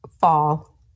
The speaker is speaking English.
Fall